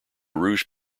rouge